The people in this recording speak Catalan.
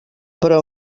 però